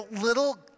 Little